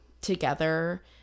together